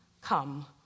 come